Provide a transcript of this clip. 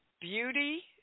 Beauty